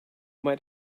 might